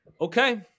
Okay